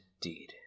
deed